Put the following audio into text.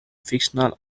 fictional